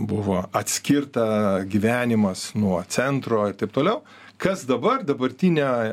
buvo atskirta gyvenimas nuo centro ir taip toliau kas dabar dabartinio